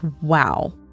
wow